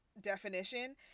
definition